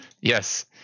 Yes